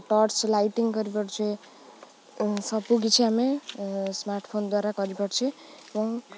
torch lighting କରିପାରୁଛେ ଓ ସବୁ କିଛି ଆମେ ସ୍ମାର୍ଟଫୋନ୍ ଦ୍ୱାରା କରିପାରୁଛେ ଏବଂ